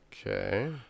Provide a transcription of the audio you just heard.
Okay